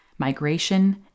migration